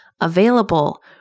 available